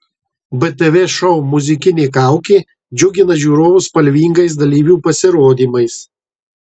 btv šou muzikinė kaukė džiugina žiūrovus spalvingais dalyvių pasirodymais